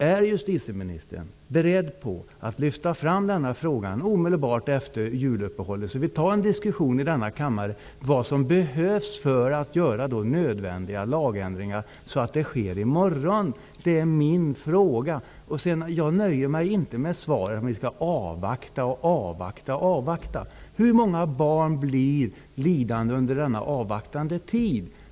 Är justitieministern beredd att lyfta fram denna fråga omedelbart efter juluppehållet, så att vi kan föra en diskussion i denna kammare om vad som behövs för att göra nödvändiga lagändringar, och så att det sker i morgon? Det är min fråga. Jag nöjer mig inte med svaret att vi skall avvakta, avvakta och avvakta. Hur många barn blir lidande under denna avvaktandetid?